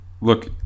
Look